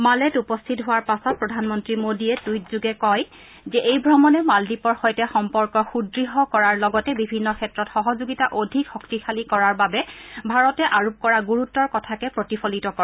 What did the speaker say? মালেত উপস্থিত হোৱাৰ পাছত প্ৰধানমন্ত্ৰী মোদীয়ে টুইটযোগে কয় যে এই ভ্ৰমণে মালদ্বীপৰ সৈতে সম্পৰ্ক সুদ্য় কৰাৰ লগতে বিভিন্ন ক্ষেত্ৰত সহযোগিতা অধিক শক্তিশালী কৰাৰ বাবে ভাৰতে আৰোপ কৰা গুৰুত্বৰ কথাকে প্ৰতিফলিত কৰে